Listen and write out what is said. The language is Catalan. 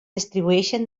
distribueixen